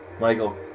Michael